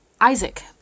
Isaac